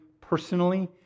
personally